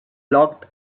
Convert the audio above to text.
locked